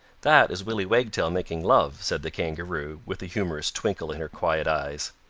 that is willy wagtail making love, said the kangaroo, with a humorous twinkle in her quiet eyes.